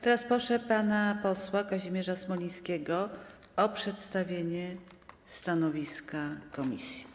Teraz proszę pana posła Kazimierza Smolińskiego o przedstawienie stanowiska komisji.